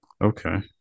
Okay